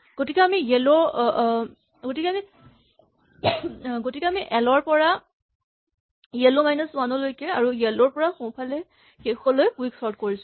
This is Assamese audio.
গতিকে আমি এল ৰ পৰা য়েল' মাইনাচ ৱান লৈকে আৰু য়েল' ৰ পৰা সোঁফালৰ শেষলৈ কুইক চৰ্ট কৰিছো